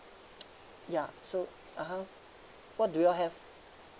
ya so (uh huh) what do you all have